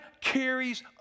carries